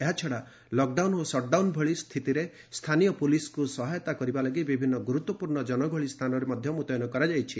ଏହାଛଡ଼ା ଲକ୍ଡାଉନ୍ ଓ ସଟ୍ଡାଉନ୍ ଭଳି ସ୍ଥିତିରେ ସ୍ଥାନୀୟ ପୁଲିସ୍କୁ ସହାୟତା କରିବା ଲାଗି ବିଭିନ୍ନ ଗୁରୁତ୍ୱପୂର୍ଣ୍ଣ ଜନଗହଳି ସ୍ଥାନରେ ମଧ୍ୟ ମୁତୟନ କରାଯାଇଛି